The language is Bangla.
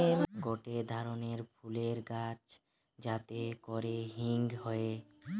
গটে ধরণের ফুলের গাছ যাতে করে হিং হয়ে